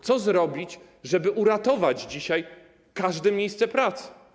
Co zrobić, żeby uratować dzisiaj każde miejsce pracy?